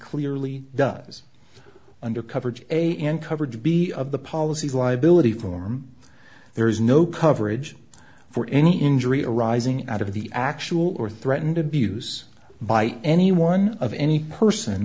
clearly does under coverage a and coverage b of the policy liability form there is no coverage for any injury arising out of the actual or threatened abuse by anyone of any person